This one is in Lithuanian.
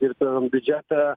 tvirtinant biudžetą